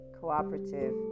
cooperative